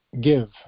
give